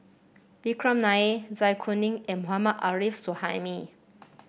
Vikram Nair Zai Kuning and Mohammad Arif Suhaimi